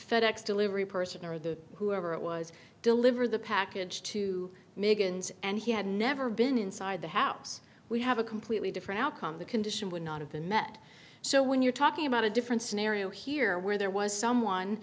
fed ex delivery person or the whoever it was deliver the package to megan's and he had never been inside the house we have a completely different outcome the condition would not have been met so when you're talking about a different scenario here where there was someone